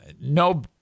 no